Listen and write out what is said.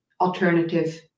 alternative